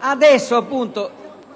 Adesso